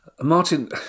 Martin